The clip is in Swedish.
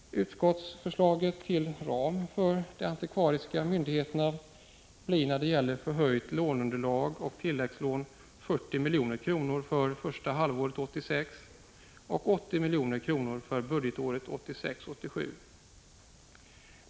Utskottets förslag till ram för de antikvariska myndigheterna blir när det gäller förhöjt låneunderlag och tilläggslån 40 milj.kr. för första halvåret 1986 och 80 milj.kr. för budgetåret 1986/87.